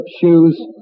shoes